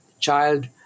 child